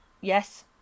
Yes